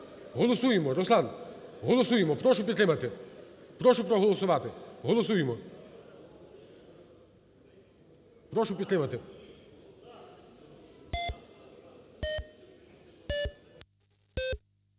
Голосуємо, Руслан, голосуємо. Прошу підтримати, прошу проголосувати, голосуємо, прошу підтримати.